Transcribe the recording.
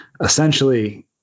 essentially